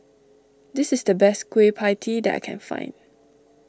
this is the best Kueh Pie Tee that I can find